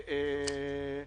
עודד,